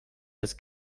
jest